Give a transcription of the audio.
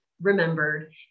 remembered